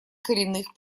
коренных